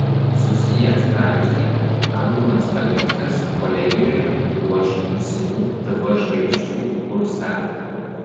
susiję straipsniai arūnas valinskas kolegijoje ruoš būsimų tv žvaigždžių kursą